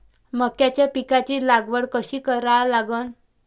मक्याच्या पिकाची लागवड कशी करा लागन?